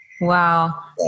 Wow